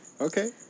Okay